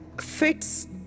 fits